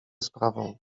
sprawą